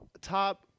top